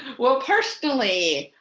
well personally,